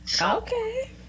Okay